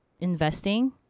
investing